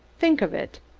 think of id!